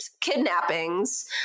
kidnappings